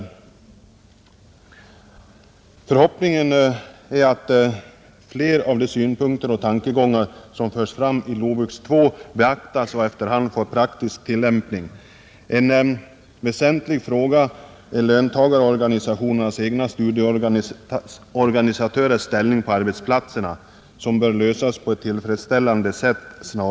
Förhoppningen är att flera av de synpunkter och tankegångar som förts fram i LOVUX II skall beaktas och efter hand få praktisk tillämpning. En väsentlig fråga som snarast bör lösas på ett tillfredsställande sätt är löntagarorganisationernas egna studieorganisatörers ställning på arbetsplatserna.